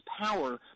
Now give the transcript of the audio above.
power